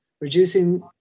reducing